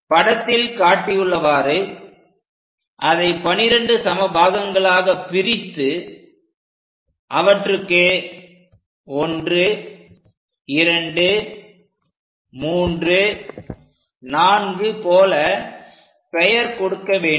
படத்தில் காட்டியுள்ளவாறு அதை 12 சமபாகங்களாக பிரித்து அவற்றுக்கு 1234 போல பெயர் கொடுக்க வேண்டும்